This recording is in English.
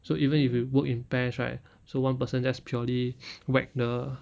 so even if you work in pairs right so one person just purely whack the